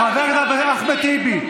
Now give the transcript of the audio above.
חבר הכנסת אחמד טיבי.